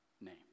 name